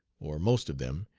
or most of them,